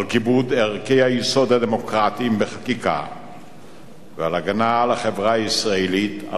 על כיבוד ערכי היסוד הדמוקרטיים בחקיקה ועל הגנה על החברה הישראלית,